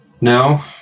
No